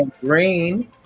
Green